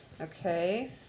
Okay